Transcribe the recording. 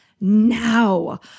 now